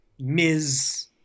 Ms